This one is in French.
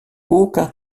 aucun